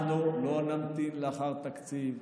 אנחנו לא נמתין לאחר התקציב,